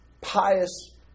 pious